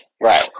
Right